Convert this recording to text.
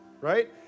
Right